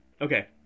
Okay